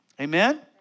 Amen